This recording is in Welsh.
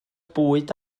bwyd